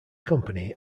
company